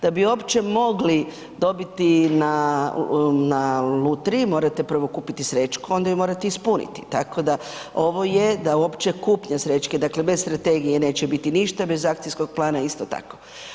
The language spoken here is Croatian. Da bi uopće mogli dobiti na lutriji morate prvo kupiti sreću, onda ju morate ispuniti, tako da ovo je da uopće kupljen srećke, dakle bez strategije nećete biti ništa, bez akcijskog plana isto tako.